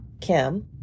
Kim